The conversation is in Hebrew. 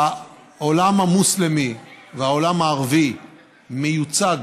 העולם המוסלמי והעולם הערבי מיוצג